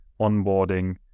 onboarding